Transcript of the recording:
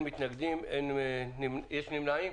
אין נמנעים,